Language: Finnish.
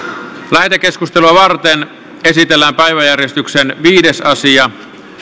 lähetekeskustelua varten esitellään päiväjärjestyksen viides asia